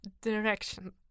direction